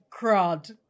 crud